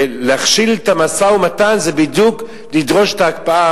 להכשיל את המשא-ומתן זה בדיוק לדרוש את ההקפאה,